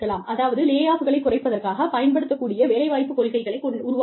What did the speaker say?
அதாவது லே ஆஃப்களை குறைப்பதற்காக பயன்படுத்தக் கூடிய வேலைவாய்ப்பு கொள்கைகளை உருவாக்கலாம்